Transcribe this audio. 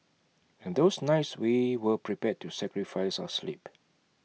and those nights we were prepared to sacrifice our sleep